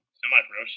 semi-pro